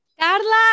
Carla